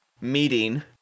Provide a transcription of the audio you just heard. meeting